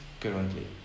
currently